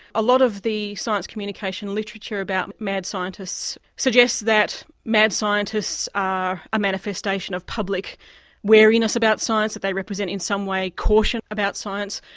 a lot of the science communication literature about mad scientists suggests that mad scientists are a manifestation of public wariness about science, that they represent in some way caution about science.